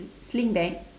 sling bag